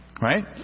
right